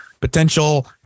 potential